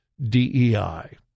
DEI